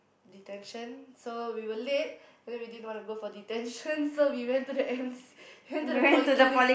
detention so we were late and then we didn't want to go for detention so we went to the ans~ we went to the polyclinic